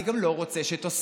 אני גם לא רוצה שתוסיפו.